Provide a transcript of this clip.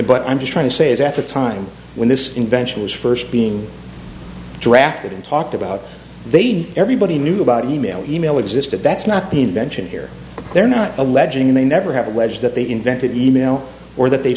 but i'm just trying to say is that the time when this invention was first being drafted and talked about they'd everybody knew about e mail e mail existed that's not the invention here they're not alleging they never have alleged that they invented e mail or that they